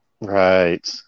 right